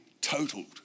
totaled